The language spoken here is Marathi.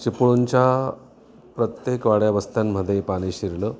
चिपळूणच्या प्रत्येक वाड्यावस्त्यांमध्ये पाणी शिरलं